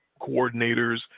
coordinators